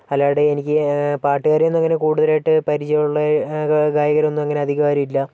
അല്ലാതെ എനിക്ക് പാട്ടുകാരെയൊന്നും അങ്ങനെ കുടുതലായിട്ട് പരിചയമുള്ള ഗായകരൊന്നും അങ്ങനെ അധികമാരും ഇല്ല